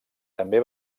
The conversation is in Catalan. també